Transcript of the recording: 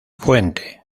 fuente